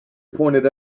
pointed